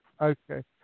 Okay